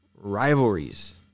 rivalries